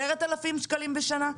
10,000 שקלים בשנה?